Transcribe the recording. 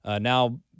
now